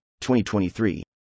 2023